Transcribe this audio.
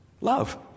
love